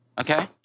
Okay